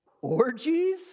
orgies